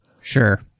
Sure